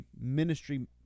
ministry